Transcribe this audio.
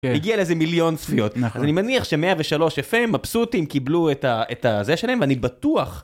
הגיע לאיזה מיליון צפיות, אז אני מניח ש-103 FM, מבסוטים קיבלו את זה שלהם, ואני בטוח...